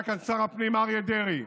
היה כאן שר הפנים אריה דרעי,